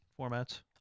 formats